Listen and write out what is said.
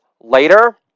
later